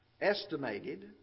estimated